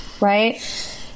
Right